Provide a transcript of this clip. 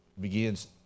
begins